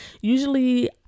usually